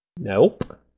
Nope